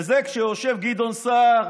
וזה כשיושב גדעון סער